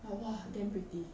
but !wah! damn pretty